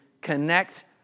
connect